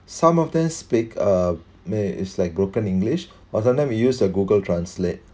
some of them speak uh may is like broken english or sometime we use uh google translate